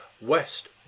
West